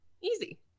easy